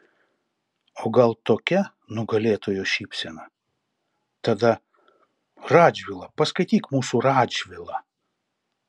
o gal tokia nugalėtojo šypsena tada radžvilą paskaityk mūsų radžvilą